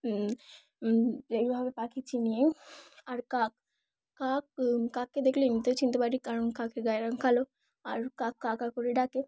এইভাবে পাখি চিনিয়েই আর কাক কাক কাককে দেখলে এমনিতেও চিনতে পারি কারণ কাকের গায়ের খালো আর কাক কা কা করে ডাকে